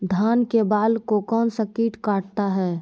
धान के बाल को कौन सा किट काटता है?